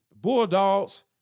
Bulldogs